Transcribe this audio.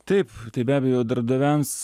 taip tai be abejo darbdaviams